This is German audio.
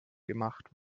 gemacht